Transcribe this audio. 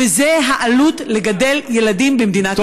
וזו העלות של גידול ילדים במדינת ישראל.